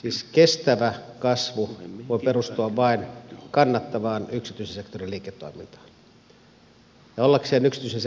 siis kestävä kasvu voi perustua vain kannattavaan yksityisen sektorin liiketoimintaan